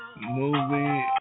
movie